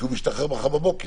כי הוא משתחרר מחר בבוקר.